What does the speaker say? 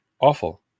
awful